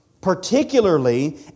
particularly